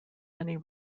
many